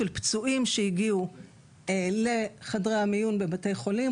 של פצועים שהגיעו לחדרי המיון בבתי החולים,